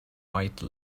white